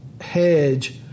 hedge